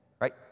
Right